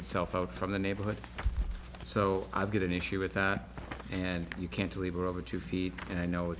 itself out from the neighborhood so i've got an issue with that and you can't lever over two feet and i know